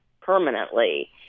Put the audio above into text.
permanently